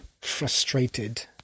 frustrated